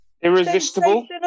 Irresistible